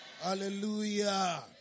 Hallelujah